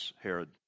Herod